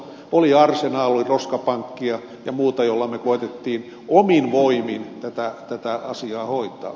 oli arsenal oli roskapankkia ja muuta joilla me koetimme omin voimin tätä asiaa hoitaa